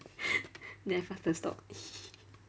then I faster stop